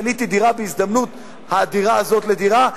קניתי דירה בהזדמנות האדירה הזאת לדירה,